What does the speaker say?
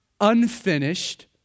unfinished